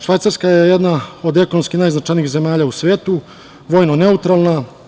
Švajcarska je jedna od ekonomski najznačajnijih zemalja u svetu, vojno neutralna.